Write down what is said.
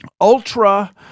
Ultra